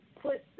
put